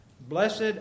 Blessed